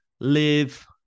live